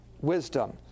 wisdom